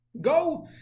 go